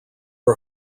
are